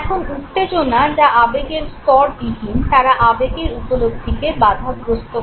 এখন উত্তেজনা যা আবেগের স্তরবিহীন তারা আবেগের উপলব্ধিকে বাধাগ্রস্ত করে